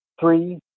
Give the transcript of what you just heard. Three